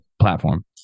platform